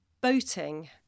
Boating